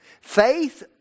Faith